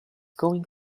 going